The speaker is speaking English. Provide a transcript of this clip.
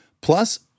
Plus